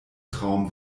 traum